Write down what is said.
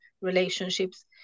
relationships